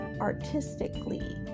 artistically